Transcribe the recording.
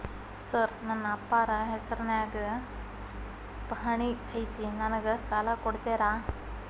Sir ನನ್ನ ಅಪ್ಪಾರ ಹೆಸರಿನ್ಯಾಗ್ ಪಹಣಿ ಐತಿ ನನಗ ಸಾಲ ಕೊಡ್ತೇರಾ?